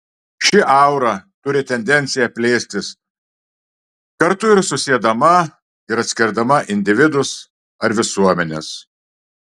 ši aura turi tendenciją plėstis kartu ir susiedama ir atskirdama individus ar visuomenes